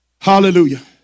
Hallelujah